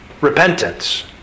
repentance